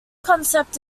concept